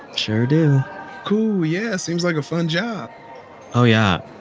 sure do cool. yeah, seems like a fun job oh, yeah,